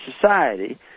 society